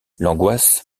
l’angoisse